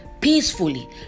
peacefully